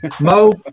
Mo